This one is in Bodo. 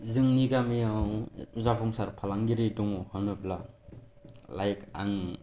जोंनि गामिआव जाफुंसार फालांगिरि दङ' होनोब्ला लाइक आं